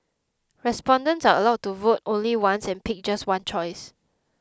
respondents are allowed to vote only once and pick just one choice